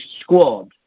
squad